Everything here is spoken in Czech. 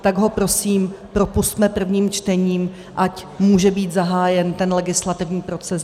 Tak ho prosím propusťme prvním čtením, ať může být zahájen legislativní proces.